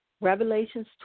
revelations